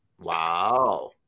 Wow